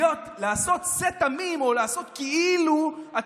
לעשות שה תמים או לעשות כאילו אתה